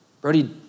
Brody